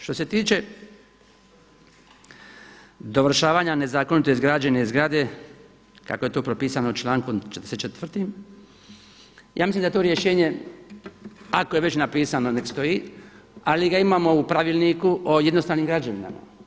Što se tiče dovršavanja nezakonito izgrađene zgrade kako je to propisano člankom 44. ja mislim da je to rješenje ako je već napisano nek' stoji ali ga imamo u Pravilniku o jednostavnim građevinama.